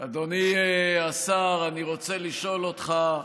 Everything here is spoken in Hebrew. אדוני השר, אני רוצה לשאול אותך: